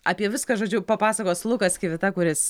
apie viską žodžiu papasakos lukas kivita kuris